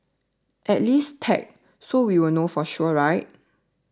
at least tag so we'll know for sure right